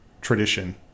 tradition